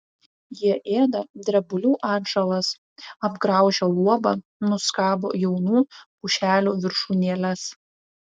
jie ėda drebulių atžalas apgraužia luobą nuskabo jaunų pušelių viršūnėles